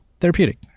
therapeutic